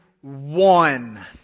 one